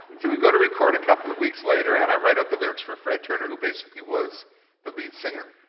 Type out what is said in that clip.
so we go to record a couple of weeks later, and i write out the lyrics for fred turner who basically was the lead singer.